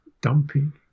Dumping